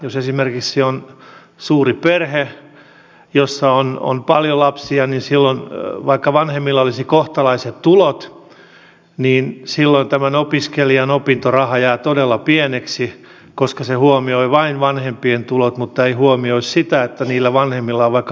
jos esimerkiksi on suuri perhe jossa on paljon lapsia niin vaikka vanhemmilla olisi kohtalaiset tulot silloin tämän opiskelijan opintoraha jää todella pieneksi koska se huomioi vain vanhempien tulot mutta ei huomioi sitä että niillä vanhemmilla on vaikka kahdeksan huollettavaa